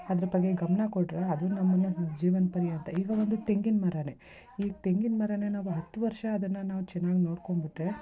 ಅದ್ರ ಬಗ್ಗೆ ಗಮನ ಕೊಟ್ಟರೆ ಅದು ನಮ್ಮನ್ನು ಜೀವನ ಪರ್ಯಂತ ಇವಾಗ ಒಂದು ತೆಂಗಿನ ಮರಾನೆ ಈ ತೆಂಗಿನ ಮರಾನೆ ನಾವು ಹತ್ತು ವರ್ಷ ಅದನ್ನು ನಾವು ಚೆನ್ನಾಗಿ ನೋಡ್ಕೊಂಡ್ಬಿಟ್ರೆ